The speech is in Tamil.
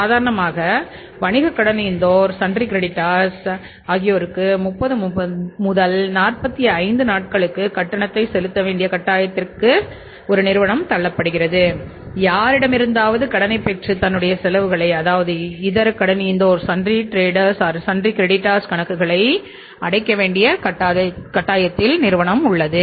சாதாரணமாக வணிக கடனீந்தோர் சன்ரி கிரேடிட்ர்ஸ் கணக்குகளை அடைக்க வேண்டிய கட்டாயத்தில் உள்ளது